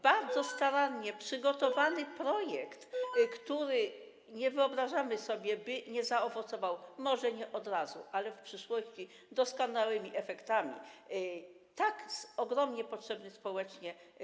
bardzo starannie przygotowany projekt, nie wyobrażamy sobie, by nie zaowocował on, może nie od razu, ale w przyszłości, doskonałymi efektami, a jest tak ogromnie potrzebny społecznie.